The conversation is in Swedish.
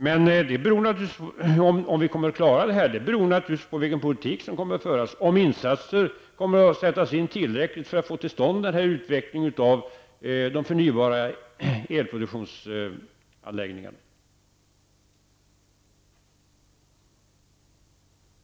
Om vi kommer att klara det här beror naturligtvis på vilken politik som kommer att föras, om tillräckliga insatser kommer att sättas in för att få till stånd den här utvecklingen av de förnybara elproduktionsanläggningarna.